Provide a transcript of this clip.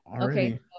okay